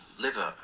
Liver